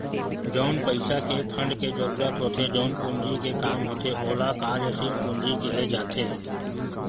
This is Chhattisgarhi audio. जउन पइसा के फंड के जरुरत होथे जउन पूंजी के काम होथे ओला कार्यसील पूंजी केहे जाथे